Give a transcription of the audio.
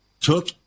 took